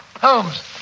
Holmes